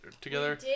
together